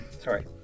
Sorry